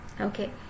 okay